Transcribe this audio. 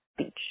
speech